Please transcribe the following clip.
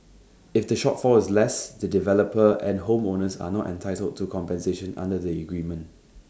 if the shortfall is less the developer and home owners are not entitled to compensation under the agreement